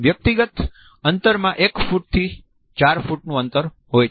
વ્યક્તિગત અંતરમાં એક ફૂટ થી 4 ફુટનું અંતર હોય છે